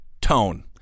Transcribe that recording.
tone